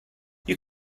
you